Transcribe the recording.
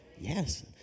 Yes